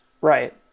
Right